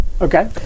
Okay